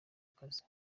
akazi